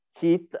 heat